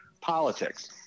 politics